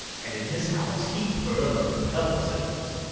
and in his house heap pearl like pebble-stones,